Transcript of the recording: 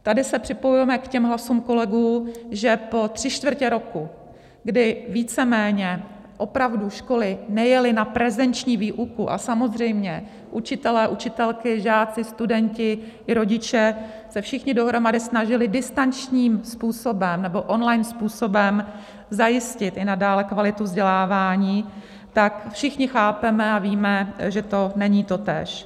Tady se připojujeme k těm hlasům kolegů, že po tři čtvrtě roku, kdy víceméně opravdu školy nejely na prezenční výuku a samozřejmě učitelé, učitelky, žáci, studenti i rodiče se všichni dohromady snažili distančním způsobem nebo online způsobem zajistit i nadále kvalitu vzdělávání, tak všichni chápeme a víme, že to není totéž.